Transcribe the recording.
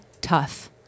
tough